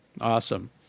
Awesome